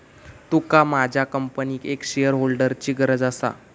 तुका तुझ्या कंपनीक एक शेअरहोल्डरची गरज असा